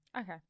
Okay